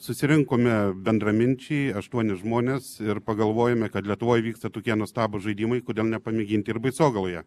susirinkome bendraminčiai aštuoni žmonės ir pagalvojome kad lietuvoje vyksta tokie nuostabūs žaidimai kodėl nepamėginti ir baisogaloje